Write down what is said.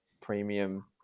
premium